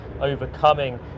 overcoming